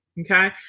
okay